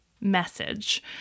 message